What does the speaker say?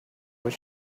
was